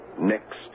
next